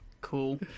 Cool